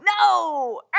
No